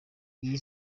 iyi